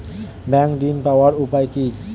Bank ঋণ পাওয়ার উপায় কি?